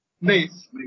Nice